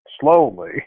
slowly